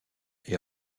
est